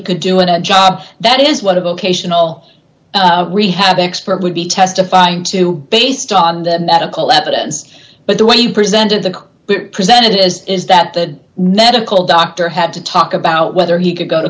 could do in a job that is what a book ational rehab expert would be testifying to based on the medical evidence but the way he presented the presented as is that the net of call doctor had to talk about whether he could go to